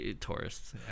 Tourists